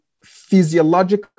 physiologic